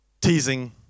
teasing